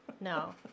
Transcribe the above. No